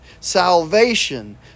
Salvation